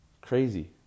Crazy